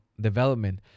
development